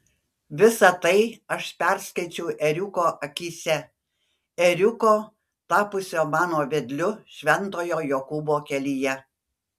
visa tai aš perskaičiau ėriuko akyse ėriuko tapusio mano vedliu šventojo jokūbo kelyje